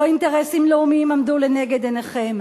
לא אינטרסים לאומיים עמדו לנגד עיניכם.